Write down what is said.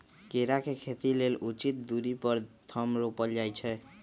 केरा के खेती लेल उचित दुरी पर थम रोपल जाइ छै